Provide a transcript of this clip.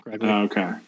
Okay